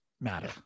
Matter